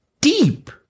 deep